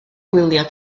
gwyliau